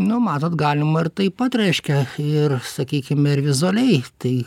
nu matot galima ir taip pat reiškia ir sakykime ir vizualiai tai